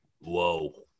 Whoa